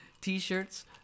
t-shirts